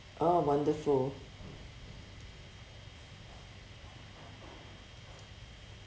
ah wonderful